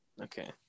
Okay